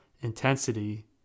intensity